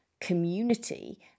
community